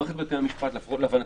לפחות להבנתי,